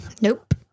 Nope